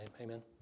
amen